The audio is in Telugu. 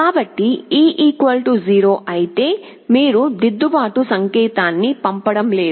కాబట్టి e 0 అయితే మీరు దిద్దుబాటు సంకేతాన్ని పంపడం లేదు